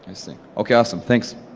i see, okay awesome, thanks.